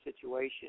situation